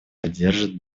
поддержат